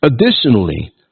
Additionally